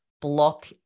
Block